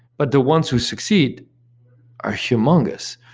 but the ones who succeed are humongous.